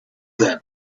them